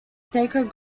sacred